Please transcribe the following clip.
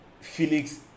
Felix